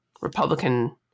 Republican